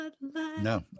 No